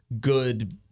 good